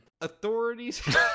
Authorities